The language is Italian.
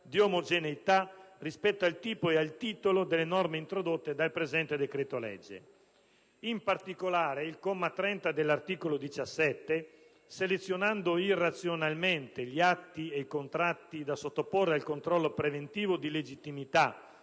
di omogeneità rispetto al tipo e al titolo delle norme introdotte dal presente decreto-legge. In particolare, il comma 30 dell'articolo 17, selezionando irrazionalmente gli atti e i contratti da sottoporre al controllo preventivo di legittimità